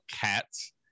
cats